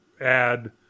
add